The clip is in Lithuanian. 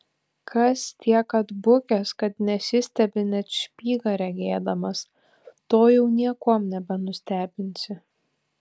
kas tiek atbukęs kad nesistebi net špygą regėdamas to jau niekuom nebenustebinsi